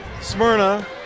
smyrna